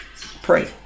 pray